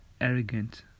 arrogant